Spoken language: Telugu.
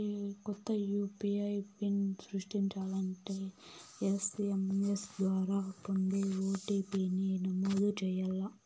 కొత్త యూ.పీ.ఐ పిన్ సృష్టించాలంటే ఎస్.ఎం.ఎస్ ద్వారా పొందే ఓ.టి.పి.ని నమోదు చేయాల్ల